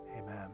Amen